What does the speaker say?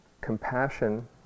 compassion